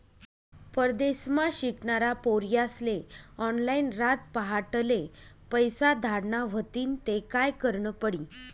परदेसमा शिकनारा पोर्यास्ले ऑनलाईन रातपहाटले पैसा धाडना व्हतीन ते काय करनं पडी